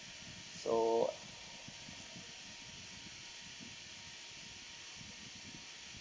so